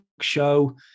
show